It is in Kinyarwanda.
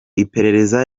iperereza